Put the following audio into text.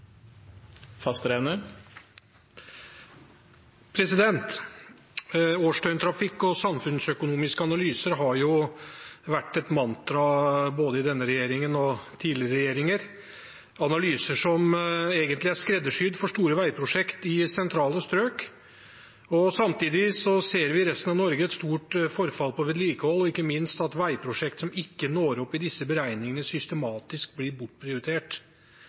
replikkordskifte. Årsdøgntrafikk og samfunnsøkonomiske analyser har vært et mantra både i denne regjeringen og i tidligere regjeringer, analyser som egentlig er skreddersydd for store veiprosjekter i sentrale strøk. Samtidig ser vi i resten av Norge et stort forfall når det gjelder vedlikehold, og ikke minst at veiprosjekter som ikke når opp i disse beregningene, systematisk blir bortprioritert.